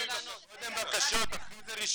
לא ----- קודם בקשות, אחרי זה רישיונות.